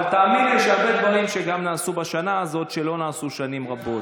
אבל תאמין לי שהרבה דברים נעשו בשנה הזאת שלא נעשו שנים רבות.